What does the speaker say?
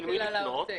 למי לפנות.